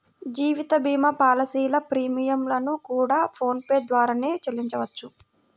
జీవిత భీమా పాలసీల ప్రీమియం లను కూడా ఫోన్ పే ద్వారానే చెల్లించవచ్చు